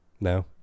No